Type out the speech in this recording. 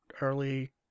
early